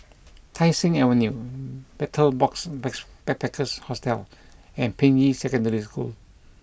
Tai Seng Avenue Betel Box bask Backpackers Hostel and Ping Yi Secondary School